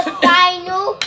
final